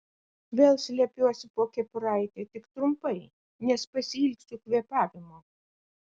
vėl slepiuosi po kepuraite tik trumpai nes pasiilgsiu kvėpavimo